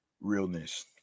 realness